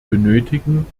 benötigen